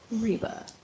Reba